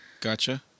gotcha